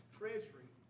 treasury